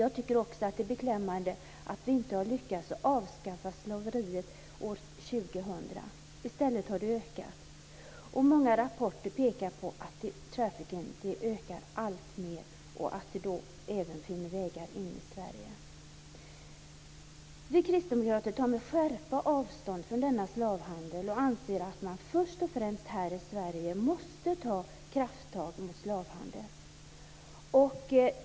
Jag tycker att det är beklämmande att vi inte har lyckats avskaffa slaveriet år 2000. I stället har det ökat. Många rapporter pekar på att detta med trafficking ökar alltmer för varje år och att det finner vägar även in i Sverige. Vi kristdemokrater tar med skärpa avstånd från denna slavhandel. Vi anser att man först och främst här i Sverige måste ta krafttag mot slavhandeln.